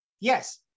Yes